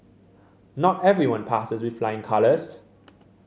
not everyone passes with flying colours